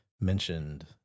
mentioned